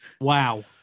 Wow